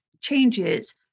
changes